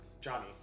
Johnny